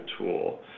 tool